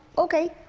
okay.